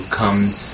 comes